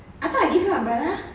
I thought I give you umbrella